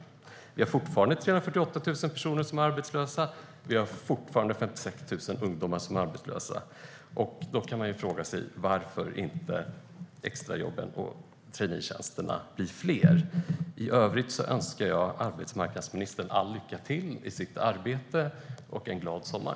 Vi har fortfarande 348 000 personer som är arbetslösa, och vi har fortfarande 56 000 ungdomar som är arbetslösa. Då kan man ju fråga sig varför inte extrajobben och traineetjänsterna blir fler. I övrigt önskar jag arbetsmarknadsministern all lycka till i sitt arbete och en glad sommar.